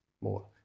more